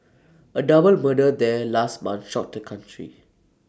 A double murder there last month shocked the country